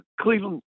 Cleveland